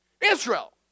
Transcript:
Israel